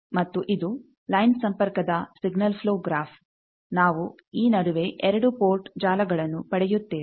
ಮತ್ತು ಇದು ಲೈನ್ ಸಂಪರ್ಕದ ಸಿಗ್ನಲ್ ಪ್ಲೋ ಗ್ರಾಫ್ ನಾವು ಈ ನಡುವೆ ಎರಡು ಪೋರ್ಟ್ ಜಾಲಗಳನ್ನು ಪಡೆಯುತ್ತೇವೆ